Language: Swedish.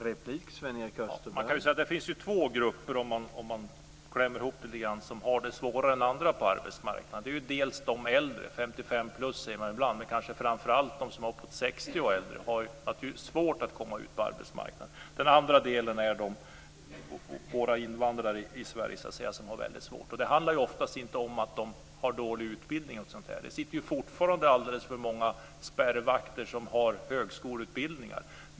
Herr talman! Om man klämmer ihop det lite grann kan man säga att det finns två grupper som har det svårare än andra på arbetsmarknaden. Det är de äldre. 55-plus säger man ibland. Men det är kanske framför allt de som är uppemot 60 år och äldre som har svårt att komma in på arbetsmarknaden. Den andra gruppen som har det väldigt svårt är invandrarna i Sverige. Det handlar oftast inte om att de har dålig utbildning. Det sitter fortfarande alldeles för många spärrvakter som har högskoleutbildningar.